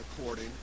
according